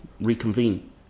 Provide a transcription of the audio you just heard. reconvene